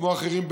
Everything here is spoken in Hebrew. כמו אחרים,